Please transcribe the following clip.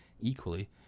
Equally